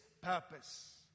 purpose